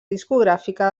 discogràfica